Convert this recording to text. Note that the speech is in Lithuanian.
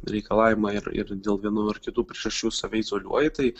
reikalavimą ir ir dėl vienų ar kitų priežasčių savi izoliuoji taip